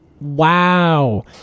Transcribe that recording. Wow